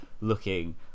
looking